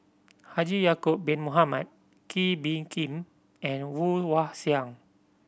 Haji Ya'acob Bin Mohamed Kee Bee Khim and Woon Wah Siang